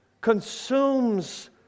consumes